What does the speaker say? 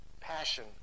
passion